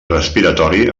respiratori